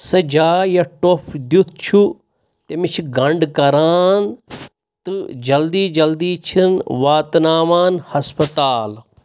سۄ جاے یَتھ ٹوٚپھ دِیُت چھُ تٔمِس چھِ گنٛڈ کران تہٕ جلدی جلدی چھِن واتناوان ہسپتال